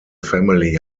family